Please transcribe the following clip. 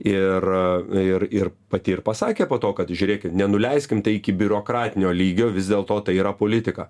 ir ir ir pati ir pasakė po to kad žiūrėkit nenuleiskim tai iki biurokratinio lygio vis dėlto tai yra politika